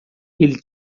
ele